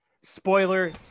Spoiler